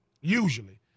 Usually